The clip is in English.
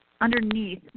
underneath